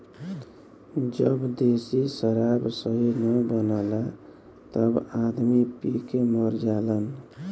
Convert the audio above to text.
जब देशी शराब सही न बनला तब आदमी पी के मर जालन